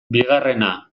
bigarrena